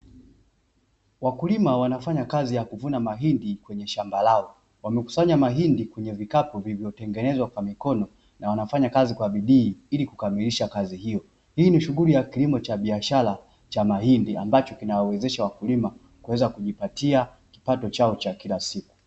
Wakulima wanafanya kazi ya kulima mahindi kwenye shamba lao, wanakusanya mahindi kwenye vikapu vilivyo tengenezwa kwa mikono n wanafanya kazi kwa bidii ili kukamilisha kazi hiyo ni shughuli ya kilimo cha mahindi ambayo inawawezesha wakulima kujipatia kipato chao cha kila siku.